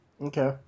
Okay